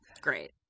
Great